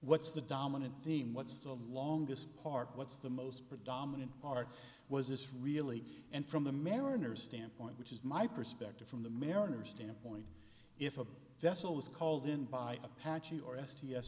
what's the dominant theme what's the longest part what's the most predominant part was this really and from the mariner standpoint which is my perspective from the mariner standpoint if a vessel was called in by apache or s t s